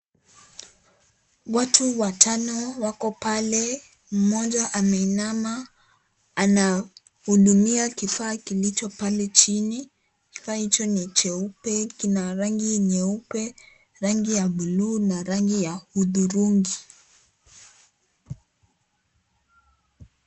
Watu watano wako pale, mmoja ameinama, anahudumia kifaa kilicho pale chini. Kifaa hicho ni cheupe kina rangi nyeupe, rangi ya blue na rangi ya udhurungi.